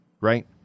right